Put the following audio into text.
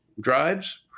drives